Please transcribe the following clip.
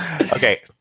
okay